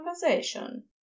conversation